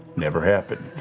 never happened.